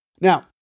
Now